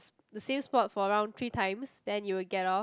the same spot for around three times then you will get off